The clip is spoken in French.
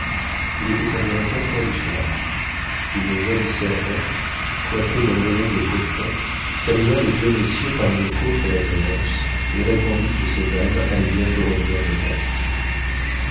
il était environ quatre heures du soir une jeune servante coiffée d'un bonnet de coton salua les deux messieurs par une courte révérence et répondit que ces dames allaient bientôt revenir de vêpres